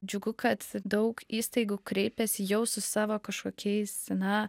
džiugu kad daug įstaigų kreipiasi jau su savo kažkokiais na